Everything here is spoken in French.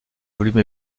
volume